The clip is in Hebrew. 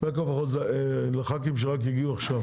לחברי הכנסת שהגיעו רק עכשיו,